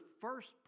first